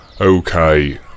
Okay